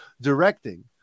directing